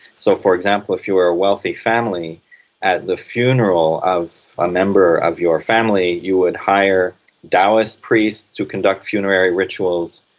so, for example, if you were a wealthy family at the funeral of a member of your family, you would hire daoist priests to conduct funerary rituals,